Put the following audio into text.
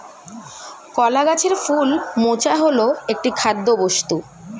কলা গাছের ফুল মোচা হল একটি খাদ্যবস্তু